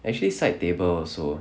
actually side table also